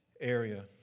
area